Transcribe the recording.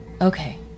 okay